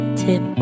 tip